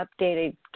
updated